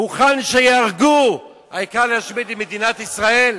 מוכן שייהרגו, העיקר להשמיד את מדינת ישראל?